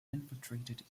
infiltrated